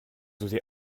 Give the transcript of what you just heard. osez